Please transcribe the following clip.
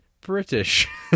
British